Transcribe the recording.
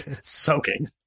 soaking